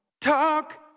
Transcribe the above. Talk